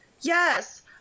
yes